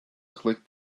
click